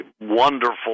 wonderful